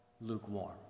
lukewarm